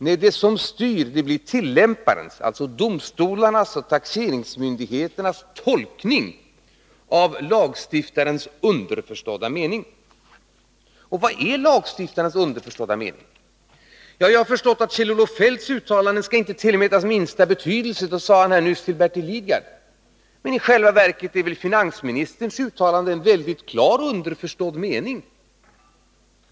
Nej, det som styr blir tillämparens — alltså domstolarnas och Vilken är då lagstiftarens underförstådda mening? Jag har förstått att Kjell-Olof Feldts uttalanden inte skall tillmätas minsta betydelse — det sade han nyss till Bertil Lidgard. Men i själva verket är väl finansministerns uttalande en väldigt klar underförstådd mening.